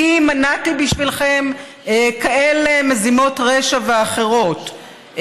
כי מנעתי בשבילכם כאלה מזימות רשע ואחרות,